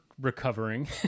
Recovering